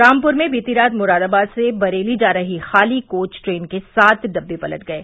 रामपूर में बीती रात मुरादाबाद से बरेली जा रही खाली कोच ट्रेन के सात डिबे पलट गये